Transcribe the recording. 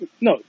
no